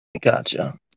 Gotcha